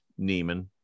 Neiman